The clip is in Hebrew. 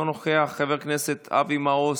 אינו נוכח, חבר הכנסת אבי מעוז,